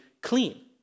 clean